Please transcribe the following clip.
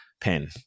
pen